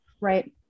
Right